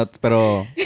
pero